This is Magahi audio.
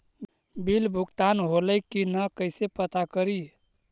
बिल भुगतान होले की न कैसे पता करी?